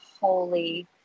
holy